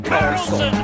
Carlson